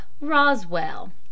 roswell